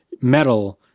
metal